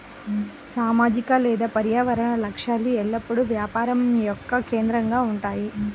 సామాజిక లేదా పర్యావరణ లక్ష్యాలు ఎల్లప్పుడూ వ్యాపారం యొక్క కేంద్రంగా ఉంటాయి